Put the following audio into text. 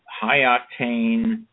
high-octane